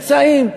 אמצעים,